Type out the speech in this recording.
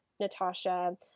Natasha